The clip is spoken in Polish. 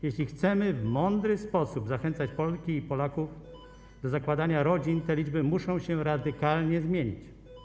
Jeśli chcemy w mądry sposób zachęcać Polki i Polaków do zakładania rodzin, te liczby muszą się radykalnie zmienić.